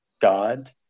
God